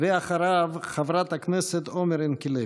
ואחריו, חברת הכנסת עומר ינקלביץ'.